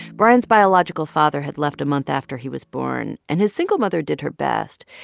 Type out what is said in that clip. brian's biological father had left a month after he was born, and his single mother did her best.